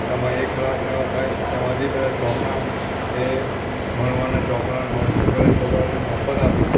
તેમાં એક લાખ ને એવા થાય તો તેમાંથી બધા ચોપડા કે ભણવાના ચોપડા નોટબુક અને ચોપડા ને મફત આપે